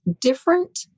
different